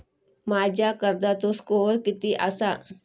माझ्या कर्जाचो स्कोअर किती आसा?